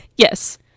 Yes